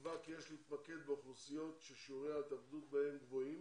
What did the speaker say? נקבע כי יש להתמקד באוכלוסיות ששיעורי ההתאבדות בהן גבוהים,